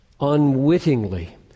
unwittingly